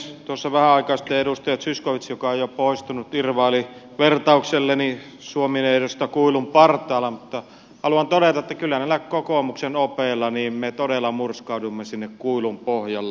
vähän aikaa sitten edustaja zyskowicz joka on jo poistunut irvaili vertaukselleni suomi neidosta kuilun partaalla mutta haluan todeta että näillä kokoomuksen opeilla me todella murskaudumme sinne kuilun pohjalle